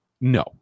no